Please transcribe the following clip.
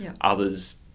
Others